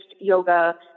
yoga